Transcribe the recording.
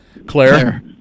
Claire